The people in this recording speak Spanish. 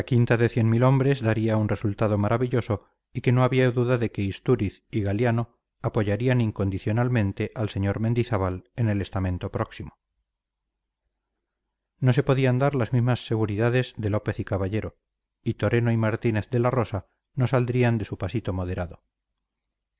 de cien mil hombres daría un resultado maravilloso y que no había duda de que istúriz y galiano apoyarían incondicionalmente al sr mendizábal en el estamento próximo no se podían dar las mismas seguridades de lópez y caballero y toreno y martínez de la rosa no saldrían de su pasito moderado